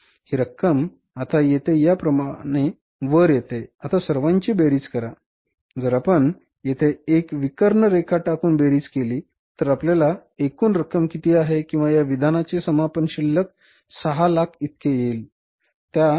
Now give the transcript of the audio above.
ही रक्कम आता येथे या प्रमाणे वर येते आता सर्वांची बेरीज करा जर आपण येथे एक विकर्ण रेखा टाकून बेरीज केली तर आपला एकूण नफा किती आहे किंवा या विधानाचे समापन शिल्लक 600000 इतके येईल बरोबर